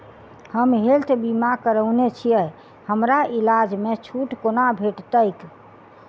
हम हेल्थ बीमा करौने छीयै हमरा इलाज मे छुट कोना भेटतैक?